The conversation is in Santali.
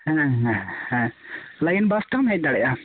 ᱦᱮ ᱦᱮ ᱦᱮ ᱞᱟᱭᱤᱱ ᱵᱟᱥ ᱛᱮᱦᱚᱢ ᱦᱮᱡ ᱫᱟᱲᱮᱭᱟᱜᱼᱟ